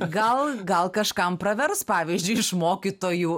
gal gal kažkam pravers pavyzdžiui iš mokytojų